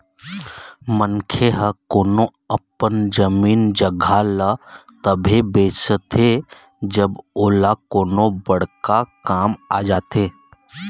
मनखे ह कोनो अपन जमीन जघा ल तभे बेचथे जब ओला कोनो बड़का काम आ जाथे